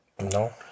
no